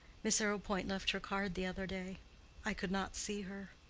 miss arrowpoint left her card the other day i could not see her.